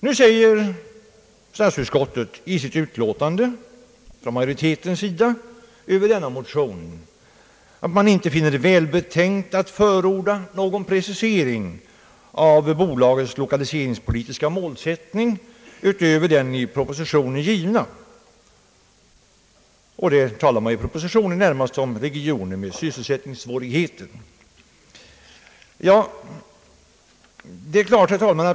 Nu säger statsutskottets majoritet i sitt utlåtande över motionen att utskottet inte finner det välbetänkt att förorda någon precisering av bolagets 1okaliseringspolitiska målsättning utöver den i propositionen givna — i propositionen talar man närmast om regioner med sysselsättningssvårigheter.